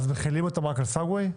מחילים אותן רק על סגווי?